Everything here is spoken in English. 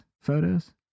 photos